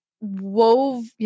wove